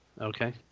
Okay